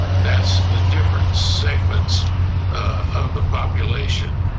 that's the different segments of the population.